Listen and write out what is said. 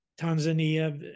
Tanzania